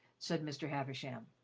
said mr. havisham.